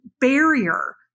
barrier